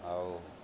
ଆଉ